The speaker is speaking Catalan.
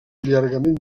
llargament